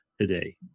today